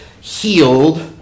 healed